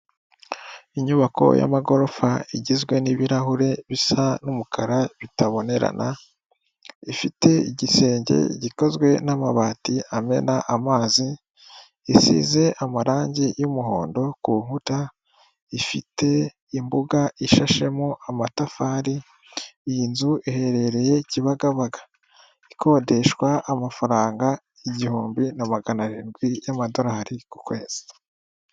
Inyubako y'amagorofa igizwe n'ibirahure bisa n'umukara bitabonerana, ifite igisenge gikozwe n'amabati amena amazi, isize amarangi y'umuhondo ku nkuta, ifite imbuga ishashemo amatafari. Iyi nzu iherereye Kibagabaga, ikodeshwa amafaranga igihumbi na magana arindwi y'amadorari ku kwezi.